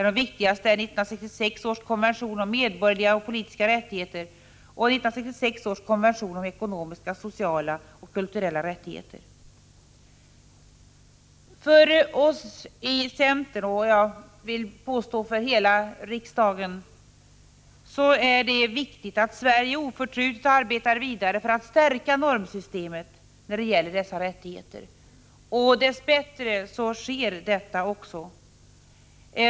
De viktigaste är 1966 års konvention om medborgerliga och politiska rättigheter och 1966 års konvention om ekonomiska, sociala och kulturella rättigheter. För oss i centern, och jag vill påstå att det gäller hela riksdagen, är det viktigt att Sverige oförtrutet arbetar vidare för att stärka normsystemet när det gäller dessa rättigheter. Dess bättre sker detta också.